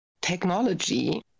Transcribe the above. technology